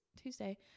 Tuesday